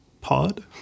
pod